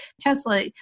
Tesla